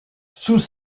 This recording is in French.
sous